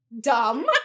dumb